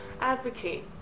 advocate